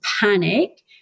panic